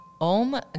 Om